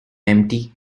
empty